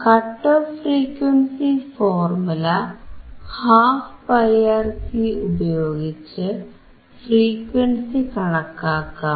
cut off frequency formula 12πRC ഉപയോഗിച്ച് frequency കണക്കാക്കാം